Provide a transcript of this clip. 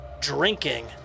drinking